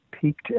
peaked